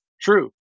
True